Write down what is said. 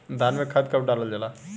धान में खाद कब डालल जाला?